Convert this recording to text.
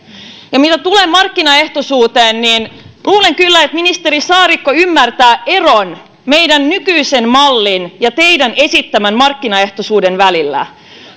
mitä tulee markkinaehtoisuuteen niin luulen kyllä että ministeri saarikko ymmärtää eron meidän nykyisen mallin ja teidän esittämänne markkinaehtoisuuden välillä